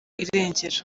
irengero